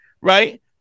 right